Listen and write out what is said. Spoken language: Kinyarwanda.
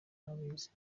ntabizi